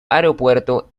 aeropuerto